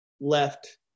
left